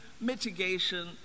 mitigation